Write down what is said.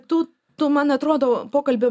tu tu man atrodo pokalbio